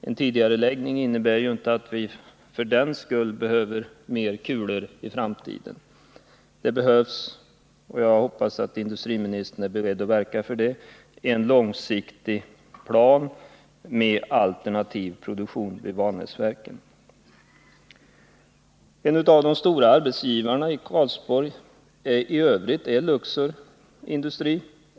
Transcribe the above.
En sådan innebär ju inte att vi behöver mer kulor i framtiden. Det erfordras — och jag hoppas att industriministern är beredd att verka för det — en långsiktig plan med alternativ produktion vid Vanäsverken. En av de stora arbetsgivarna i övrigt är Luxor.